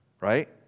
right